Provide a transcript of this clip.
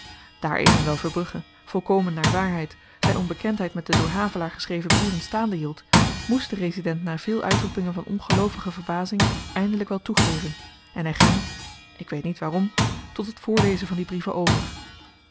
daar evenwel verbrugge volkomen naar waarheid zyn onbekendheid met de door havelaar geschreven brieven staande hield moest de resident na veel uitroepingen van ongeloovige verbazing eindelyk wel toegeven en hy ging ik weet niet waarom tot het voorlezen van die brieven over